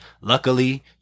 luckily